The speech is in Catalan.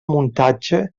muntatge